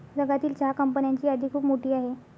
जगातील चहा कंपन्यांची यादी खूप मोठी आहे